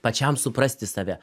pačiam suprasti save